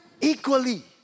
equally